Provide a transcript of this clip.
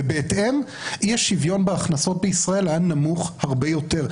ובהתאם אי-השוויון בהכנסות בישראל היה נמוך הרבה יותר.